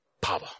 power